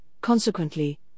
consequently